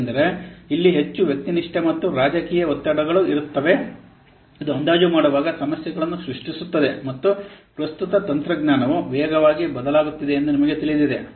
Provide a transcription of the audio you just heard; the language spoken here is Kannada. ಏಕೆಂದರೆ ಇಲ್ಲಿ ಹೆಚ್ಚು ವ್ಯಕ್ತಿನಿಷ್ಠ ಮತ್ತು ರಾಜಕೀಯ ಒತ್ತಡಗಳು ಇರುತ್ತವೆ ಇದು ಅಂದಾಜು ಮಾಡುವಾಗ ಸಮಸ್ಯೆಗಳನ್ನು ಸೃಷ್ಟಿಸುತ್ತದೆ ಮತ್ತು ಪ್ರಸ್ತುತ ತಂತ್ರಜ್ಞಾನವು ವೇಗವಾಗಿ ಬದಲಾಗುತ್ತಿದೆ ಎಂದು ನಿಮಗೆ ತಿಳಿದಿದೆ